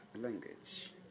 language